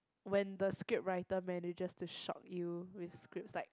when the scriptwriter manages to shock you with scripts like